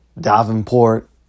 Davenport